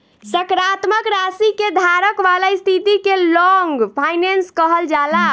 सकारात्मक राशि के धारक वाला स्थिति के लॉन्ग फाइनेंस कहल जाला